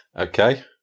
Okay